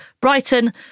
Brighton